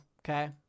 okay